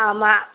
ஆமாம்